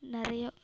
நிறைய